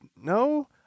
no